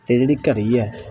ਅਤੇ ਜਿਹੜੀ ਘੜੀ ਹੈ